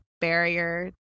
barrier